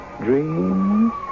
dreams